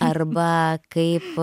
arba kaip